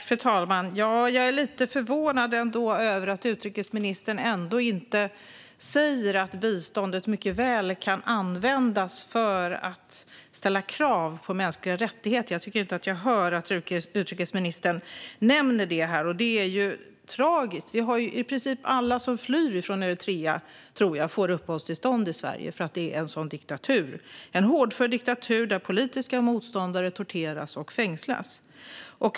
Fru talman! Jag är lite förvånad över att utrikesministern ändå inte säger att biståndet mycket väl kan användas för att ställa krav på mänskliga rättigheter. Jag tycker inte att jag hör utrikesministern nämna detta, och det är tragiskt. I princip alla som flyr från Eritrea får, tror jag, uppehållstillstånd i Sverige eftersom Eritrea är en hårdför diktatur där politiska motståndare torteras och fängslas.